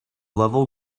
level